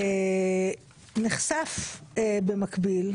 נחשף במקביל,